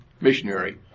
missionary